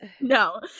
No